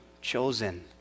chosen